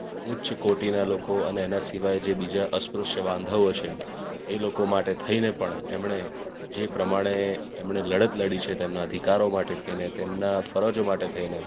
ઉચ્ચકોટીના લોકો અને એના સિવાય જે બીજા અસ્પૃશ્ય વાંધાઓ છે એ લોકો માટે થઈને પણ એમણે જે પ્રમાણે એમણે લડત લડી છે તેમના અધિકારો માટે થઈને તેમના ફરજો માટે થઈને